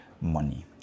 money